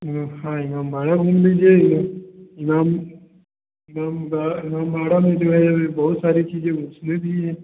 इमामबाड़ा घूम लीजिये इमाम इमामबाड़ा इमामबाड़ा में जो है बहुत सारी चीजें उसमें भी हैं